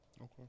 Okay